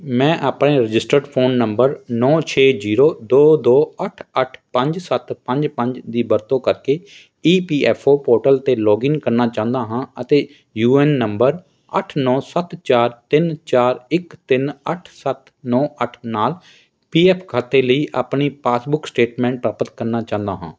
ਮੈਂ ਆਪਣੇ registered phone number ਨੌਂ ਛੇ ਜੀਰੋ ਦੋ ਦੋ ਅੱਠ ਅੱਠ ਪੰਜ ਸੱਤ ਪੰਜ ਪੰਜ ਦੀ ਵਰਤੋਂ ਕਰਕੇ E P F O portal 'ਤੇ ਲੌਗਇਨ ਕਰਨਾ ਚਾਹੁੰਦਾ ਹਾਂ ਅਤੇ ਯੂ ਏ ਐੱਨ ਨੰਬਰ ਅੱਠ ਨੌਂ ਸੱਤ ਚਾਰ ਤਿੰਨ ਚਾਰ ਇੱਕ ਤਿੰਨ ਅੱਠ ਸੱਤ ਨੌਂ ਅੱਠ ਨਾਲ ਪੀ ਐੱਫ ਖਾਤੇ ਲਈ ਆਪਣੀ ਪਾਸਬੁੱਕ ਸਟੇਟਮੈਂਟ ਪ੍ਰਾਪਤ ਕਰਨਾ ਚਾਹੁੰਦਾ ਹਾਂ